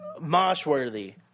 Moshworthy